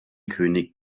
könig